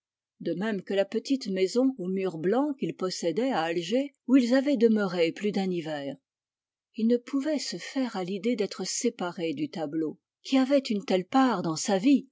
de même que la petite maison aux murs blancs qu'il possédait à alger où ils avaient demeuré plus d'un hiver il ne pouvait se faire à l'idée d'être séparé du tableau qui avait une telle part dans sa vie